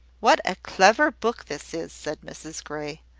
what a clever book this is! said mrs grey.